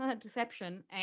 deception